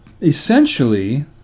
essentially